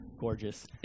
gorgeous